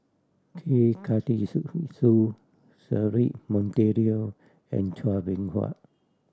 K Karthigesu Cedric Monteiro and Chua Beng Huat